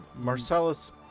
Marcellus